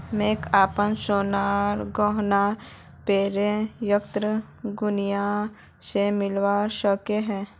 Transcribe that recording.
मोक अपना सोनार गहनार पोर ऋण कुनियाँ से मिलवा सको हो?